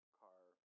car